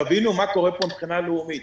תבינו מה קורה פה מבחינה לאומית.